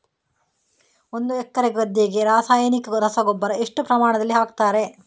ಒಂದು ಎಕರೆ ಗದ್ದೆಗೆ ರಾಸಾಯನಿಕ ರಸಗೊಬ್ಬರ ಎಷ್ಟು ಪ್ರಮಾಣದಲ್ಲಿ ಹಾಕುತ್ತಾರೆ?